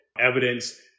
evidence